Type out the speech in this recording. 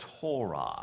Torah